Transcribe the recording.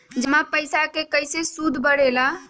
जमा पईसा के कइसे सूद बढे ला?